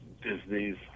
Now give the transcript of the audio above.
Disney's